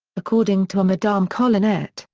according to a madame colinette,